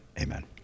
Amen